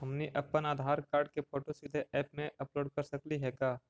हमनी अप्पन आधार कार्ड के फोटो सीधे ऐप में अपलोड कर सकली हे का?